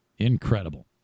Incredible